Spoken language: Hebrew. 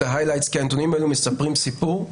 ההיילייטס כי הנתונים האלו מספרים סיפור,